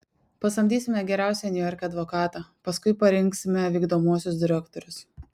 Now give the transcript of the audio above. pasamdysime geriausią niujorke advokatą paskui parinksime vykdomuosius direktorius